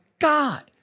God